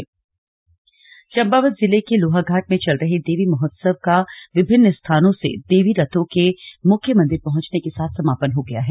slug देवी महोत्सव चम्पावत जिले के लोहाघाट में चल रहे देवी महोत्सव का विभिन्न स्थानों से देवी रथों के मुख्य मंदिर पहुंचने के साथ समापन हो गया है